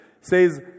says